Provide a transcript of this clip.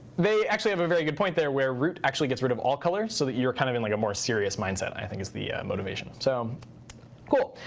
they actually have a very good point there where root actually gets rid of all color so that you're kind of in like a more serious mindset i think is the motivation. so cool.